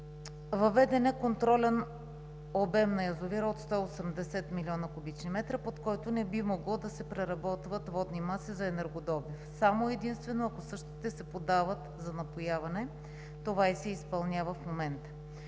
Въведен е контролен обем на язовира от 180 млн. куб. м, под който би могло да се преработват водни маси за енергодобив само и единствено ако същите се подават за напояване. Това се изпълнява и в момента.